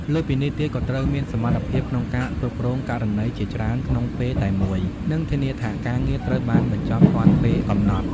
លើសពីនេះទៀត ក៏ត្រូវមានសមត្ថភាពក្នុងការគ្រប់គ្រងករណីជាច្រើនក្នុងពេលតែមួយ និងធានាថាការងារត្រូវបានបញ្ចប់ទាន់ពេលកំណត់។